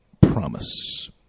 promise